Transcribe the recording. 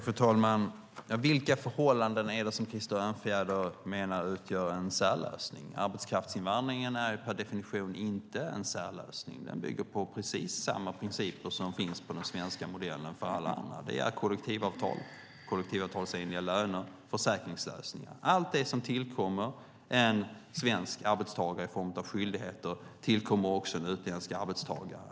Fru talman! Vilka förhållanden är det Krister Örnfjäder menar utgör en särlösning? Arbetskraftsinvandringen är per definition inte en särlösning. Den bygger på de principer som finns för den svenska modellen och gäller för alla. Det är kollektivavtal, kollektivavtalsenliga löner, försäkringslösningar. Allt det som tillkommer en svensk arbetstagare i form av skyldigheter tillkommer också en utländsk arbetstagare.